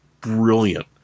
brilliant